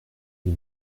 les